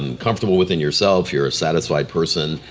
and comfortable within yourself, you're a satisfied person.